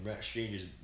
strangers